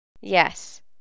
Yes